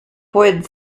poet